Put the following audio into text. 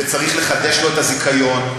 וצריך לחדש לו את הזיכיון,